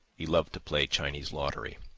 he loved to play chinese lottery.